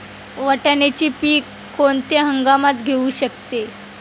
वाटाण्याचे पीक कोणत्या हंगामात येऊ शकते?